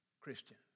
Christian